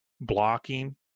blocking